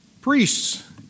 priests